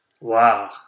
Wow